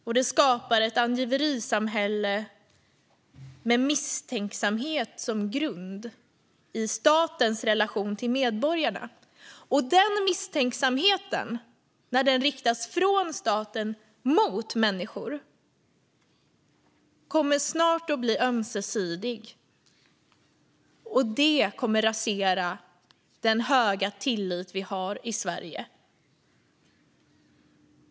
Och det skapar ett angiverisamhälle med misstänksamhet som grund för statens relation till medborgarna. Och när den misstänksamheten riktas från staten mot människor kommer den snart att bli ömsesidig, och det kommer att rasera den höga tillit vi har i Sverige.